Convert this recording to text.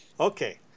Okay